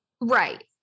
right